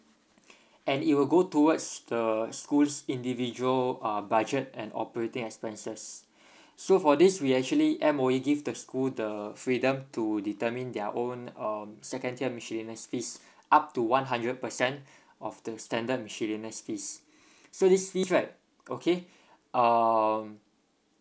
and it will go towards the school's individual uh budget and operating expenses so for this we actually M_O_E give the school the freedom to determine their own um second tier miscellaneous fees up to one hundred percent of the standard miscellaneous fees so these fees right okay um